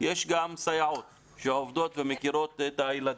יש גם סייעות שעובדות ומכירות את הילדים.